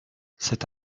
c’est